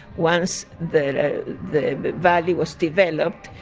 once the the valley was developed,